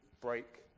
break